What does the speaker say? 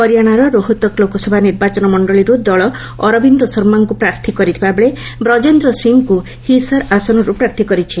ହରିୟାଣାର ରୋହତକ୍ ଲୋକସଭା ନିର୍ବାଚନ ମଣ୍ଡଳୀରୁ ଦଳ ଅରବିନ୍ଦ ଶର୍ମାଙ୍କୁ ପ୍ରାର୍ଥୀ କରିଥିବାବେଳେ ବ୍ରଜେନ୍ଦ୍ର ସିଂଙ୍କୁ ହିସାର୍ ଆସନରୁ ପ୍ରାର୍ଥୀ କରିଛି